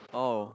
oh